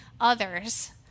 others